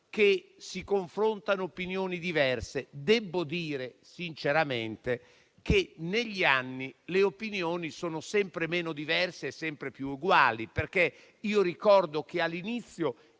che si confrontano opinioni diverse. Debbo dire sinceramente che negli anni le opinioni sono sempre meno diverse e sempre più uguali. Ricordo che all'inizio